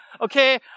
Okay